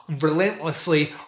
relentlessly